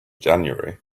january